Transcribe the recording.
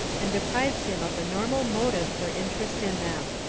and deprives him of the normal motive for interest in them.